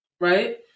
right